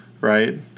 right